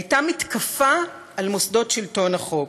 הייתה מתקפה על מוסדות שלטון החוק,